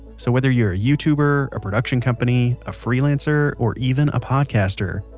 so whether you're youtuber, a production company, a freelancer or even a podcaster,